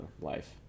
life